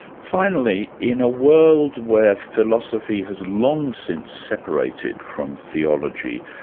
finally, in a world where philosophy has long since separated from theology,